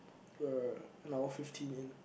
uh on our fifteen in